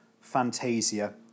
Fantasia